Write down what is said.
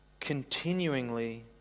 continuingly